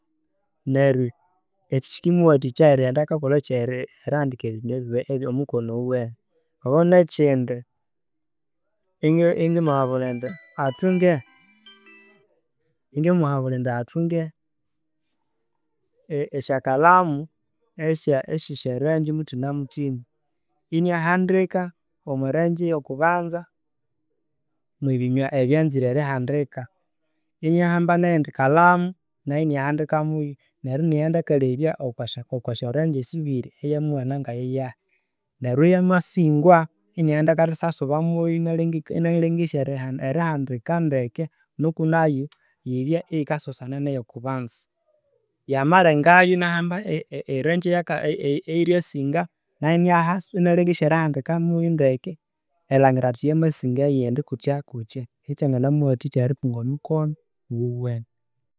Neryo ekyo kikimuwathikya erighenda akakolhaki erihandika omukono owiwene, aho nekindi, ingendi muhabulha indi athunge esyakalhamu esya kalhamu esya sa- esya sya rangi muthinamuthina iniahandika omwarangi yo kubanzi mwe binywa ebyanzire erihandika, iniahamba neyindi kalamu nayo iniahandika muyo neryo iniaghenda akalebya okwasya okwa syarangi esibiri eya muwana ngayayahi neryo eya masingwa iniaghenda akathasasuba muyo inialengesya erihandika ndeke nuku nayo yibye iyikasosona neya kubanza. Yamalengayo, iniahamba erangi eyiryasinga nayo inalengesya erihandika muyo ndeke erilhangira athi yamasinga eyindi kuthyakuthya ekyi kyangana muwathika erithunga omukono owuwene.